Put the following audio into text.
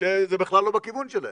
שזה בכלל לא בכיוון שלהם.